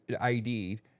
id